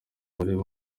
bareba